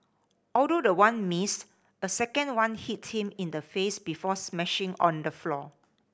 although the one missed a second one hit him in the face before smashing on the floor